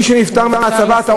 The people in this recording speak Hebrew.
מי שנפטר מהצבא, בבקשה לסיים.